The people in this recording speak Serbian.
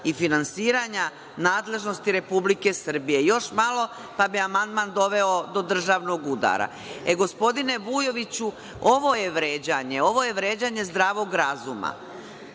i finansiranja nadležnosti Republike Srbije. Još malo pa bi amandman doveo do državnog udara. Gospodine Vujoviću, ovo je vređanje. Ovo je vređanje zdravog razuma,